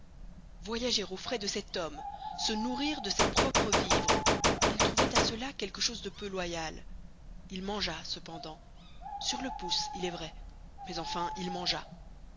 voyager aux frais de cet homme se nourrir de ses propres vivres il trouvait à cela quelque chose de peu loyal il mangea cependant sur le pouce il est vrai mais enfin il mangea